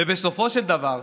ובסופו של דבר,